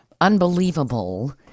unbelievable